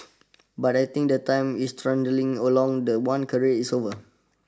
but I think the time is trundling along the one career is over